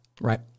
Right